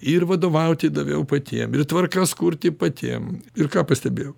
ir vadovauti daviau patiem ir tvarkas kurti patiem ir ką pastebėjau